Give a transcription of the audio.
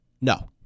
No